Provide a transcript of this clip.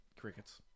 crickets